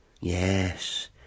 Yes